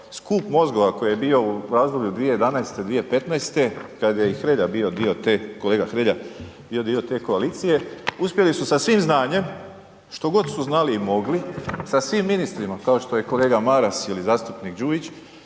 skup mozgova koji je bio u razdoblju 2011.-2015. kad je i Hrelja bio dio te, kolega Hrelja bio dio te koalicije, uspjeli su sa svim znanjem, što god su znali i mogli, sa svim ministrima kao što je kolega Maras ili zastupnik Đujić